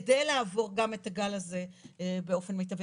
כדי לעבור גם את הגל הזה באופן מיטבי.